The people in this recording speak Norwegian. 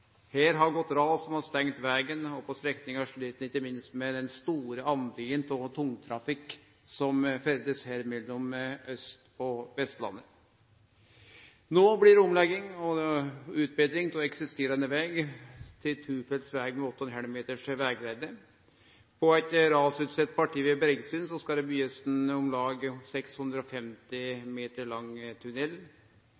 Her har gått ras som har stengt vegen, og på strekninga slit ein ikkje minst med den store delen tungtrafikk som ferdast mellom Austlandet og Vestlandet. No blir det omlegging og utbetring av eksisterande veg til tofelts veg med 8,5 meters vegbreidd. På eit rasutsett parti ved Bergsund skal det byggjast ein om lag 650